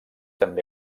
també